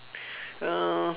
uh